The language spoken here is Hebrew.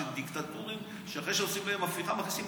של דיקטטורים שאחרי שעושים להם הפיכה מכניסים